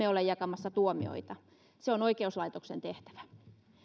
ole jakamassa tuomioita se on oikeuslaitoksen tehtävä